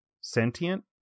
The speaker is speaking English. sentient